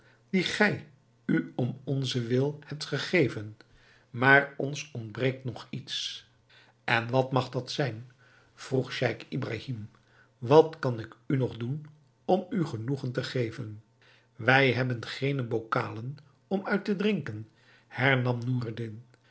die gij u om onzentwil hebt gegeven maar ons ontbreekt nog iets en wat mag dat zijn vroeg scheich ibrahim wat kan ik nog doen om u genoegen te geven wij hebben geene bokalen om uit te drinken hernam